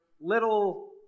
little